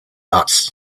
dots